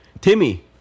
Timmy